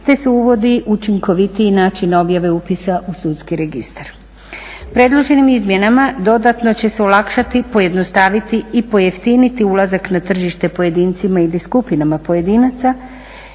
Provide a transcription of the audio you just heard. te se uvodi učinkovitiji način objave upisa u sudski registar. Predloženim izmjenama dodatno će se olakšati, pojednostaviti i pojeftiniti ulazak na tržište pojedincima ili skupinama pojedinaca